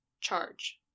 charge